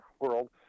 world